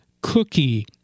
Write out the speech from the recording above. Cookie